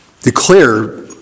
declare